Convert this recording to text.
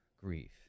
grief